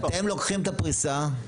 אתם לוקחים את הפריסה,